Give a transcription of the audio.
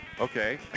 okay